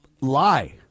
lie